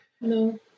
No